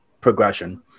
progression